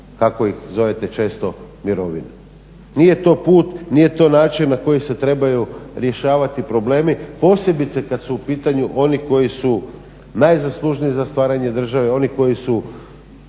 kako ih zovete često mirovina. Nije to put, nije to način na koji se trebaju rješavati problemi, posebice kad su u pitanju oni koji su najzaslužniji za stvaranje države, oni koji su